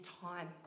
time